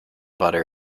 butter